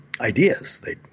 ideas